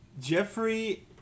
Jeffrey